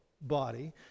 body